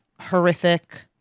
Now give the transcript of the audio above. horrific